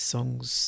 Songs